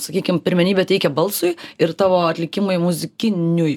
sakykim pirmenybę teikia balsui ir tavo atlikimui muzikiniui